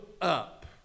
up